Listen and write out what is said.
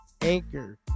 Anchor